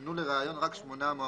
יזומנו לריאיון רק שמונת המועמדים